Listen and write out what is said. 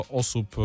osób